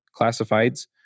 classifieds